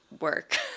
work